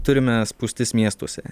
turime spūstis miestuose